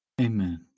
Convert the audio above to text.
Amen